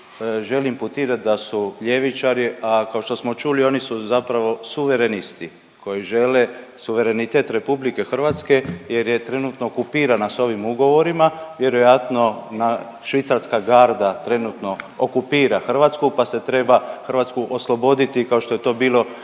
želi imputirat da su ljevičari, a kao što smo čuli oni su zapravo suverenisti koji žele suverenitete RH jer je trenutno okupirana s ovim ugovorima, vjerojatno švicarska garda trenutno okupira Hrvatsku, pa se treba Hrvatsku osloboditi kao što je to bilo